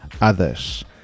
others